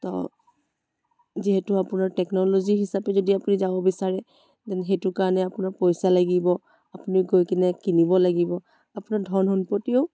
তো যিহেতু আপোনাৰ টেকন'লজি হিচাপে যদি আপুনি যাব বিচাৰে ডেন সেইটো কাৰণে আপোনাৰ পইচা লাগিব আপুনি গৈ কিনে কিনিব লাগিব আপোনাৰ ধন সম্পত্তিও